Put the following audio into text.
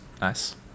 nice